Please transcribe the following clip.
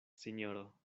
sinjoro